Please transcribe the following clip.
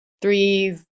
three